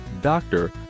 Doctor